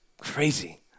crazy